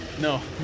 No